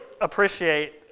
appreciate